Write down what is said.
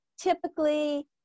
typically